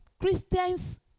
Christians